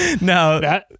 no